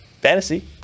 fantasy